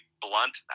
blunt